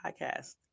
Podcast